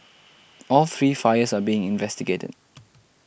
all three fires are being investigated